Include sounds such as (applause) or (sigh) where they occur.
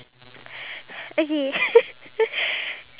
I guess that counts (noise)